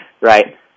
Right